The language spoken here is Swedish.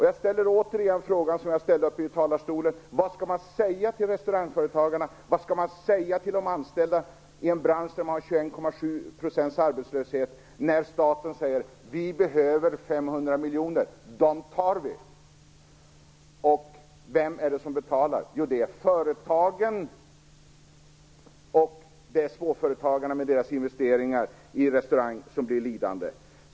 Jag ställer återigen den fråga som jag ställde från talarstolen: Vad skall man säga till restaurangföretagarna, vad skall man säga till de anställda i en bransch med 21,7 % arbetslöshet, när staten säger "Vi behöver 500 miljoner - dem tar vi!"? Vem är det som betalar detta? Jo, det är företagen. Det är småföretagarna med sina investeringar i restaurangbranschen som blir lidande.